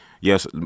yes